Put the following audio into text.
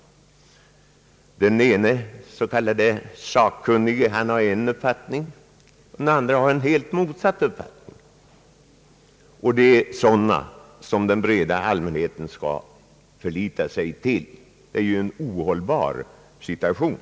Den ene s, k. sakkunnige har en uppfattning, den andre har helt annan uppfattning, och det är dessa sakkunniga som den breda allmänheten skall förlita sig på. Det är ju en ohållbar situation.